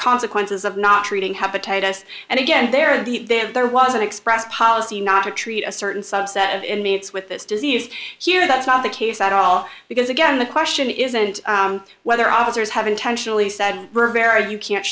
consequences of not treating habitate s and again there the then there was an express policy not to treat a certain subset of inmates with this disease here that's not the case at all because again the question isn't whether officers have intentionally said rivera you can't